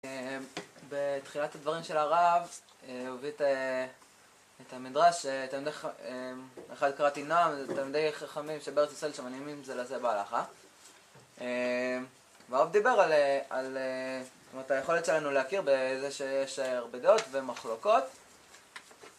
בתחילת הדברים של הרב, הוא הביא את... את המדרש, תלמידי חכמ... "אחד קראתי נעם", תלמידי חכמים שבארץ ישראל שמנעימים זה לזה בהלכה. והרב דיבר על... על... זאת אומרת, היכולת שלנו להכיר בזה שיש הרבה דעות ומחלוקות.